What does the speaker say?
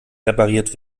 repariert